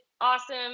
awesome